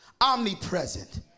omnipresent